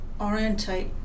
orientate